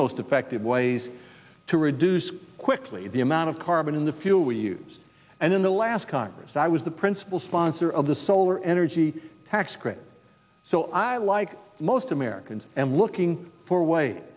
most effective ways to reduce quickly the amount of carbon in the fuel we use and in the last congress i was the principal sponsor of the solar energy tax credit so i like most americans and looking for way